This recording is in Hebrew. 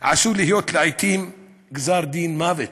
עשוי להיות לעתים גזר-דין מוות.